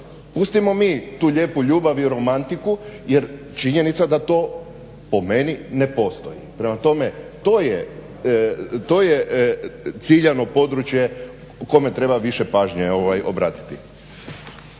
Pustimo mi tu lijepu ljubav i romantiku jer činjenica da to po meni ne postoji. Prema tome to je ciljano područje kome treba više pažnje obratiti.